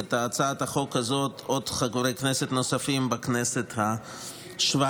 את הצעת החוק הזאת חברי כנסת נוספים בכנסת השבע-עשרה,